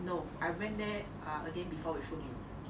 no I went there err again before with foo min